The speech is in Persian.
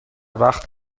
وقت